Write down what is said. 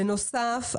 בנוסף,